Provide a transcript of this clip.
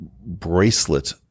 bracelet